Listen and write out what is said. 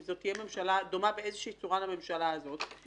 זאת תהיה ממשלה דומה באיזו צורה לממשלה הזאת,